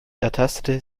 ertastete